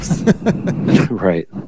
right